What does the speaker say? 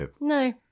No